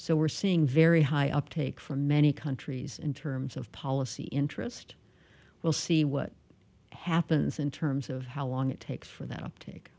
so we're seeing very high uptake from many countries in terms of policy interest we'll see what happens in terms of how long it takes for th